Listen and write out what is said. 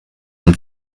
und